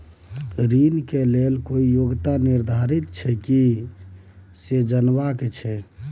ऋण के लेल कोई योग्यता निर्धारित छै की से जनबा के छै?